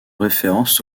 référence